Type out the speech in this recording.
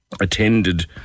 attended